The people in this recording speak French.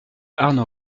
arnaud